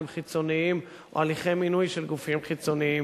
חיצוניים או הליכי מינוי של גופים חיצוניים,